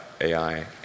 AI